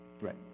Right